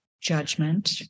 judgment